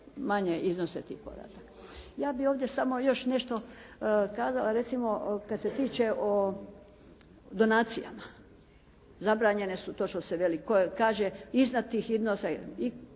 Ja bih ovdje samo još nešto kazala. Recimo što se tiče donacija. Zabranjene su, točno se veli koje. Kaže iznad tih iznosa